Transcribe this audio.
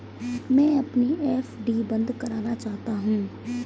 मैं अपनी एफ.डी बंद करना चाहता हूँ